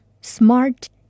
smart